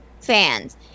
fans